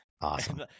Awesome